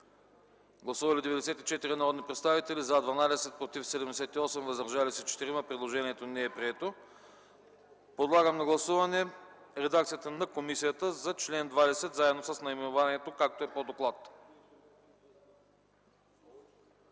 Гласували 94 народни представители: за 12, против 78, въздържали се 4. Предложението не е прието. Подлагам на гласуване редакцията на комисията за чл. 20, заедно с наименованието, както е по доклада.